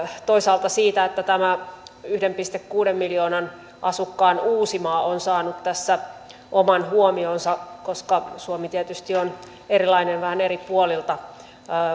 toisaalta siitä että tämä yhden pilkku kuuden miljoonan asukkaan uusimaa on saanut tässä oman huomionsa koska suomi tietysti on vähän erilainen eri puolilta